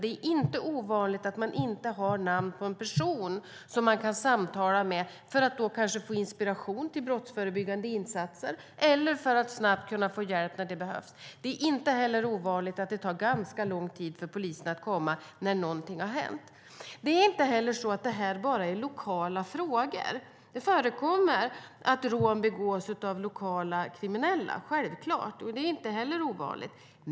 Det är inte ovanligt att man inte har ett namn på en person som man kan samtala med för att kanske få inspiration till brottsförebyggande insatser eller för att snabbt kunna få hjälp när det behövs. Det är inte ovanligt att det tar ganska lång tid för polisen att komma när någonting har hänt. Det är inte heller så att det här bara är lokala frågor. Det förekommer självklart att rån begås av lokala kriminella - det är inte ovanligt.